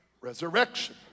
resurrection